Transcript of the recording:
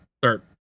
start